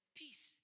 peace